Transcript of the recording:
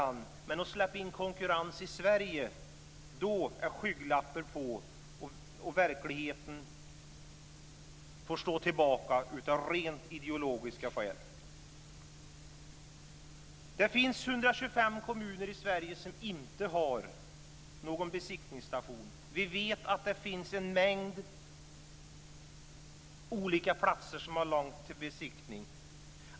Men när det gäller att släppa in konkurrens i Sverige är skygglapparna på, och verkligheten får stå tillbaka av rent ideologiska skäl. Det finns 125 kommuner i Sverige som inte har någon besiktningsstation.